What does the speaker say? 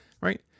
right